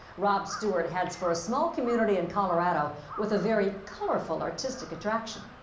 rob stewart heads for a small community and colorado with a very colorful artistic attraction.